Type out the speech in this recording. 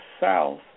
south